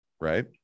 Right